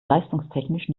leistungstechnisch